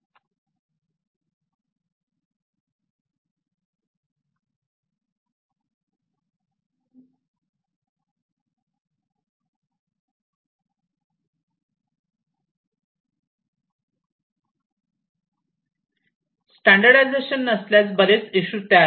standardisation नसल्यास बरेच issue तयार होतात